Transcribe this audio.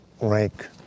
rank